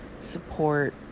support